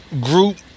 group